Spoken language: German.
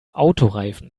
autoreifen